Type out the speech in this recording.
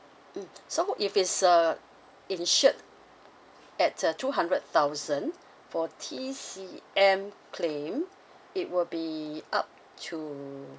mm so if it's a insured at a two hundred thousand for T_C_M claim it will be up to